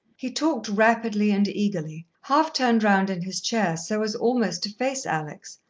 he talked rapidly and eagerly, half turned round in his chair so as almost to face alex,